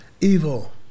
evil